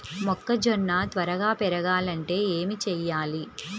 మొక్కజోన్న త్వరగా పెరగాలంటే ఏమి చెయ్యాలి?